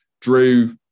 drew